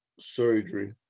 surgery